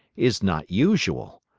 is not usual.